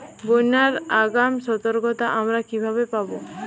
বন্যার আগাম সতর্কতা আমরা কিভাবে পাবো?